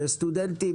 כדי שסטודנטים,